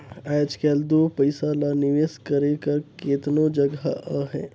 आएज काएल दो पइसा ल निवेस करे कर केतनो जगहा अहे